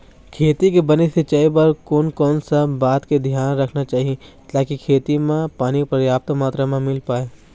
खेती के बने सिचाई बर कोन कौन सा बात के धियान रखना चाही ताकि खेती मा पानी पर्याप्त मात्रा मा मिल पाए?